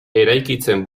eraikitzen